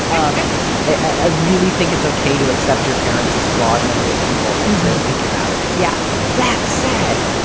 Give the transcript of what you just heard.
um i really think it's okay to accept your parents as flawed, limited people and to pick your battles. yeah. that said,